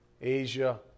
Asia